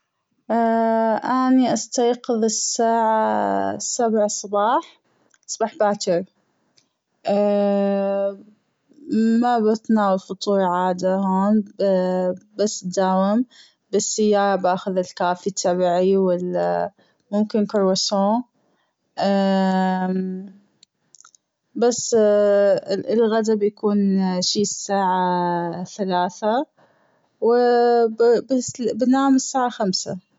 أني أستيقظ الساعة سبع صباح صباح باجر ما بدنا فطور عادة هون بس بداوم بالسيارة باخذ الكوفي تبعي وال-ممكن كرواسون بس الغدا بيكون شي الساعة ثلاثة وبنام الساعة خمسة.